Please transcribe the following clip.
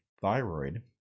thyroid